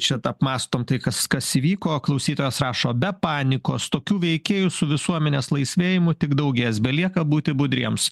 šitą apmąstom tai kas kas įvyko klausytojas rašo be panikos tokių veikėjų su visuomenės laisvėjimu tik daugės belieka būti budriems